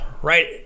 right